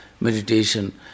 meditation